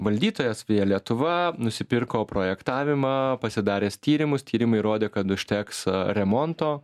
valdytojas via lietuva nusipirko projektavimą pasidaręs tyrimus tyrimai rodė kad užteks remonto